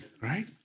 right